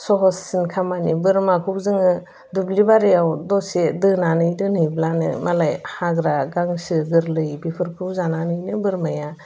सहससिन खामानि बोरमाखौ जोङो दुब्लि बारियाव दसे दोनानै दोनहैब्लानो मालाय हाग्रा गांसो गोरलै बेफोरखौ जानानैनो बोरमाया